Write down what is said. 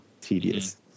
tedious